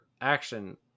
action